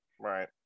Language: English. right